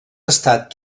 estat